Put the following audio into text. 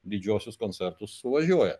didžiuosius koncertus suvažiuoja